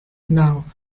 now